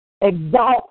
Exalt